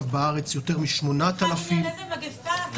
יותר מ-8,000 --- על איזה מגיפה אתה מדבר?